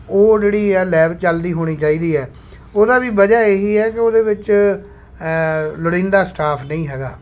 ਉਹ ਜਿਹੜੀ ਹੈ ਲੈਬ ਚੱਲਦੀ ਹੋਣੀ ਚਾਹੀਦੀ ਹੈ ਉਹਨਾਂ ਦੀ ਵਜ੍ਹਾ ਇਹੀ ਹੈ ਕਿ ਉਹਦੇ ਵਿੱਚ ਲੋੜੀਂਦਾ ਸਟਾਫ਼ ਨਹੀਂ ਹੈਗਾ